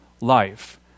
life